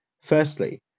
Firstly